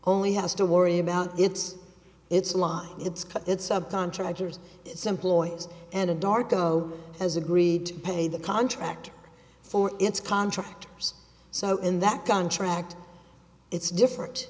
only has to worry about it's it's live it's cut it's subcontractors it's employees and dargo has agreed to pay the contract for its contractors so in that contract it's different